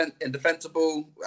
indefensible